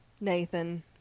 Nathan